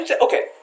Okay